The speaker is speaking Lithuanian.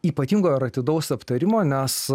ypatingo ar atidaus aptarimo nes